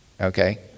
okay